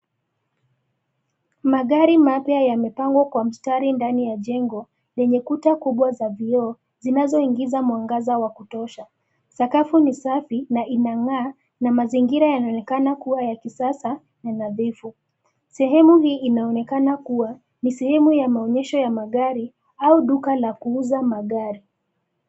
Magari mapya yamepangwa kwa mstari ndani ya jengo, lenye kuta kubwa za vioo, zinazoingiza mwangaza wa kutosha, sakafu ni safi na inang'aa, na mazingira yanaonekana kuwa ya kisasa na nadhifu, sehemu hii inaonekana kuwa, ni sehemu ya maonyesho ya magari, au duka la kuuza magari.